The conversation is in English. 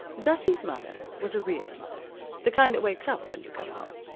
gussie's mother was a real mother the kind that wakes up when you come home.